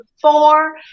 four